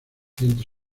dientes